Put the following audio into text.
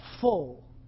full